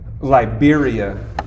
Liberia